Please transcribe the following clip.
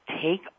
take